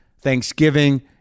Thanksgiving